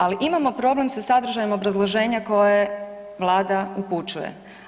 Ali, imamo problem sa sadržajem obrazloženja koje Vlada upućuje.